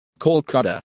Kolkata